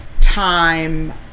time